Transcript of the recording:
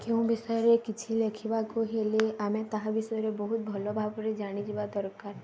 କେଉଁ ବିଷୟରେ କିଛି ଲେଖିବାକୁ ହେଲେ ଆମେ ତାହା ବିଷୟରେ ବହୁତ ଭଲ ଭାବରେ ଜାଣିଯିବା ଦରକାର